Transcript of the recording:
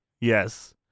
Yes